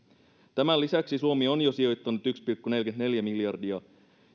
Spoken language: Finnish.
tämän lisäksi suomi on jo sijoittanut yksi pilkku neljäkymmentäneljä miljardia